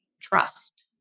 trust